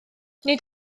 nid